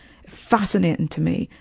fascinating to me,